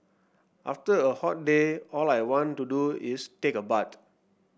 after a hot day all I want to do is take a bath